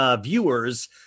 viewers